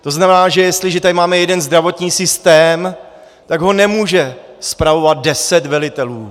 To znamená, že jestliže tady máme jeden zdravotní systém, tak ho nemůže spravovat deset velitelů.